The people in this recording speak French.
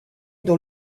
dans